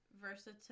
versatile